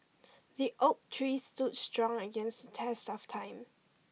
the oak tree stood strong against test of time